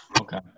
Okay